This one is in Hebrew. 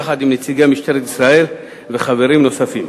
יחד עם נציגי משטרת ישראל וחברים נוספים,